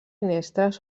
finestres